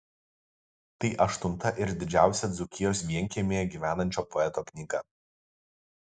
tai aštunta ir didžiausia dzūkijos vienkiemyje gyvenančio poeto knyga